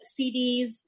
CDs